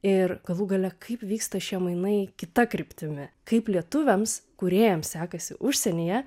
ir galų gale kaip vyksta šie mainai kita kryptimi kaip lietuviams kūrėjams sekasi užsienyje